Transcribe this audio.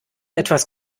etwas